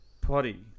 Potty